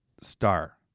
star